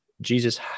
Jesus